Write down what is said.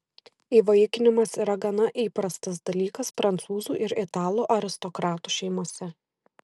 įvaikinimas yra gana įprastas dalykas prancūzų ir italų aristokratų šeimose